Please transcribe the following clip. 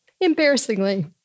embarrassingly